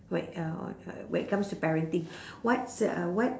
whe~ uh when it comes to parenting what's uh what